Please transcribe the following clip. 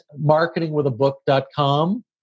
marketingwithabook.com